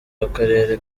w’akarere